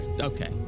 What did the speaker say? Okay